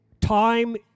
time